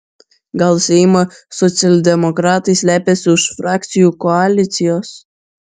gal seimo socialdemokratai slepiasi už frakcijų koalicijos